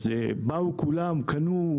כולם באו וקנו,